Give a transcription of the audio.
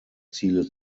ziele